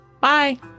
Bye